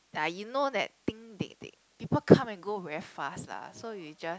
uh you know that thing they they people come and go very fast lah so you just